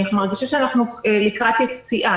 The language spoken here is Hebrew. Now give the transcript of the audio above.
אני מרגישה שאנחנו לקראת יציאה.